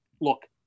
Look